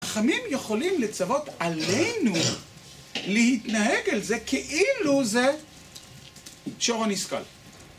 החכמים יכולים לצוות עלינו להתנהג אל זה כאילו זה שור הנסקל